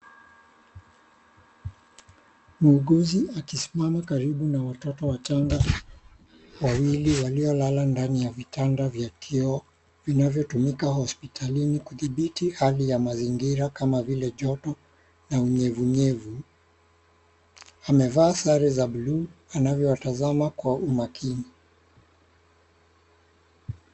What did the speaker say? Muuguzi akisimama karibu na watoto wachanga wawili waliolala ndani ya vitanda ya kioo vinayotumika hospitalini kudhibiti hali ya mazingira kama vile joto na unyevunyevu. Amevaa sare za buluu anavyowatazama kwa umakini.